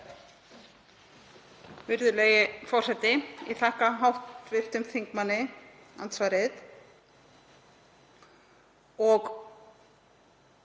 Virðulegi forseti. Ég þakka hv. þingmanni andsvarið. Í